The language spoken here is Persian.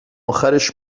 آخرش